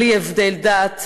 בלי הבדל דת,